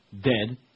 dead